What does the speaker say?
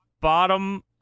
bottom